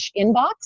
inbox